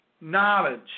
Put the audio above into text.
knowledge